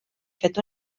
fet